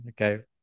okay